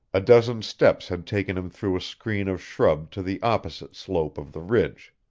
a dozen steps had taken him through a screen of shrub to the opposite slope of the ridge.